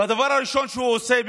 והדבר הראשון שהוא עושה,